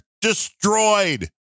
destroyed